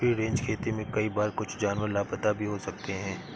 free range खेती में कई बार कुछ जानवर लापता भी हो सकते हैं